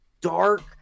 dark